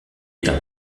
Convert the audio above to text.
était